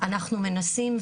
אנחנו מנסים,